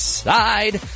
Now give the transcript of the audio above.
side